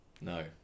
No